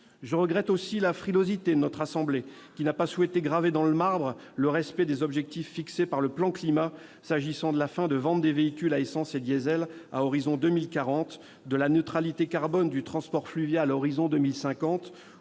Je regrette aussi la frilosité de notre assemblée, qui n'a pas souhaité graver dans le marbre le respect des objectifs fixés par le plan Climat, comme la fin de la vente des véhicules essence et diesel à l'horizon 2040, la neutralité carbone du transport fluvial à l'horizon 2050,